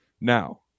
Now